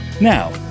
Now